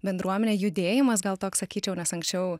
bendruomenė judėjimas gal toks sakyčiau nes anksčiau